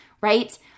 right